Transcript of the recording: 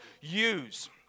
use